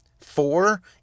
Four